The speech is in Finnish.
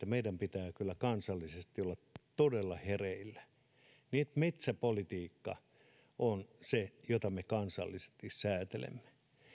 meidän pitää kansallisesti olla todella hereillä niin että metsäpolitiikka on se jota me kansallisesti säätelemme